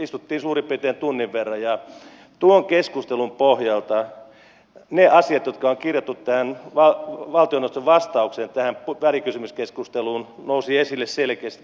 istuimme suurin piirtein tunnin verran ja tuon keskustelun pohjalta ne asiat jotka on kirjattu valtioneuvoston vastaukseen tähän välikysymyskeskusteluun nousivat esille selkeästi